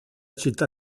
città